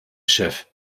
schiff